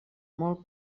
molt